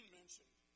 mentioned